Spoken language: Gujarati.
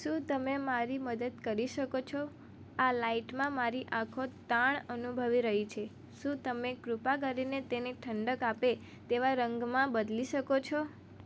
શું તમે મારી મદદ કરી શકો છો આ લાઇટમાં મારી આંખો તાણ અનુભવી રહી છે શું તમે કૃપા કરીને તેને ઠંડક આપે તેવા રંગમાં બદલી શકો છો